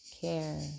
care